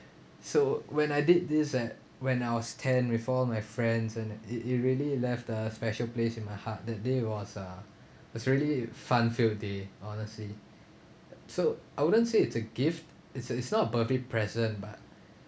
so when I did this at when I was ten with all my friends and it it really left a special place in my heart that day was a was really fun-filled day honestly so I wouldn't say it's a gift it's a it's not a birthday present but